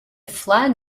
flag